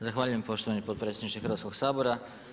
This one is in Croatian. Zahvaljujem poštovani potpredsjedniče Hrvatskog sabora.